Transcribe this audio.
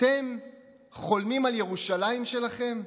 אתם חולמים על ירושלים שלכם?